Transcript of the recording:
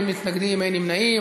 אין מתנגדים, אין נמנעים.